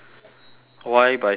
why bicep curls